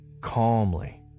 calmly